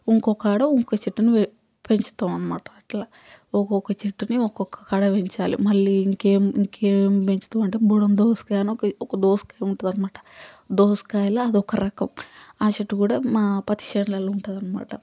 ఇంకొకాడ ఇంకో చెట్టును పెంచుతాం అనమాట అట్లా ఒక్కొక్క చెట్టుని ఒక్కొక్కాడ పెంచాలి మళ్లీ ఇంకేం ఇంకేం పెంచుతాం అంటే బుడం దోసకాయ అని ఒక అని ఒక దోసకాయ ఉంటుంది అనమాట దోసకాయలో అదొక రకం ఆ చెట్టు కూడ మా పత్తి చేలలో ఉంటుంది అనమాట